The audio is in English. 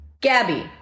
Gabby